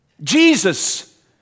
Jesus